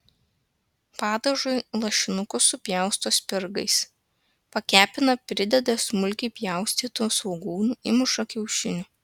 padažui lašinukus supjausto spirgais pakepina prideda smulkiai pjaustytų svogūnų įmuša kiaušinių